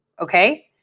Okay